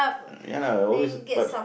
ya lah always but